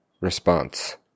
response